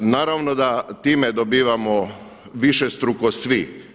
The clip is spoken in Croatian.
Naravno da time dobivamo višestruko svi.